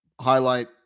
highlight